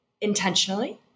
intentionally